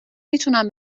میتونم